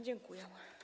Dziękuję.